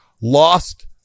lost